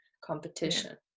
competition